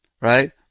right